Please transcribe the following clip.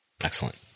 Excellent